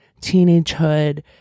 teenagehood